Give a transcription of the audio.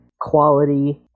quality